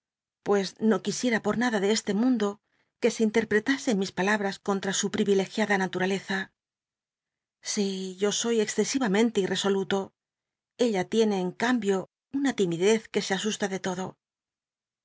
pues no quisicl'a por nada de este mundo que se interprctasen mis palabras contra su privilegiada natmaleza si yo soy exccsi amcnte irre oluto ella tiene en cambio una timidez que se a u la de todo